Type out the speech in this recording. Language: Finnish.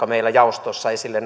meillä jaostossa esille